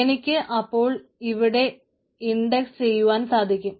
എനിക്ക് അപ്പോൾ ഇവിടെ ഇൻഡക്സിങ് ചെയ്യുവാൻ സാധിക്കും